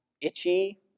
itchy